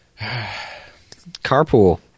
Carpool